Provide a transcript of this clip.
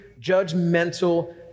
judgmental